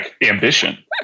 ambition